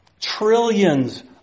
trillions